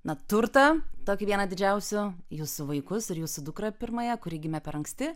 na turtą tokį vieną didžiausių jūsų vaikus ir jūsų dukrą pirmąją kuri gimė per anksti